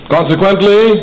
Consequently